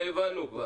את זה כבר הבנו.